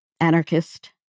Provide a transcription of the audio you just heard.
anarchist